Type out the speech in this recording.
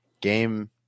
game